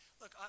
Look